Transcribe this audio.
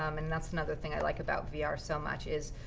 um and that's another thing i like about vr so much, is